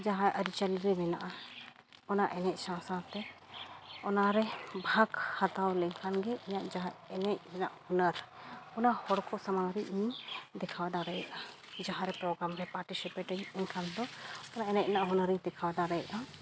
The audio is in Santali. ᱡᱟᱦᱟᱸ ᱟᱹᱨᱤᱪᱟᱹᱞᱤ ᱨᱮ ᱢᱮᱱᱟᱜᱼᱟ ᱚᱱᱟ ᱮᱱᱮᱡᱽ ᱥᱟᱶ ᱥᱟᱶᱛᱮ ᱚᱱᱟ ᱨᱮ ᱵᱷᱟᱜᱽ ᱦᱟᱛᱟᱣ ᱞᱮᱠᱷᱟᱱ ᱜᱮ ᱤᱧᱟᱹᱜ ᱡᱟᱦᱟᱸ ᱮᱱᱮᱡᱽ ᱨᱮᱱᱟᱜ ᱦᱩᱱᱟᱹᱨ ᱚᱱᱟ ᱦᱚᱲ ᱠᱚ ᱥᱟᱢᱟᱝ ᱨᱮ ᱤᱧᱤᱧ ᱫᱮᱠᱷᱟᱣ ᱫᱟᱲᱮᱭᱟᱜᱼᱟ ᱡᱟᱦᱟᱸᱨᱮ ᱯᱨᱳᱜᱨᱟᱢ ᱨᱮ ᱯᱟᱨᱴᱤᱥᱤᱯᱮᱴᱟᱹᱧ ᱮᱱᱠᱷᱟᱱ ᱫᱚ ᱚᱱᱟ ᱮᱱᱮᱡᱽ ᱨᱮᱱᱟᱜ ᱦᱩᱱᱟᱹᱨᱤᱧ ᱫᱮᱠᱷᱟᱣ ᱫᱟᱲᱮᱭᱟᱜᱼᱟ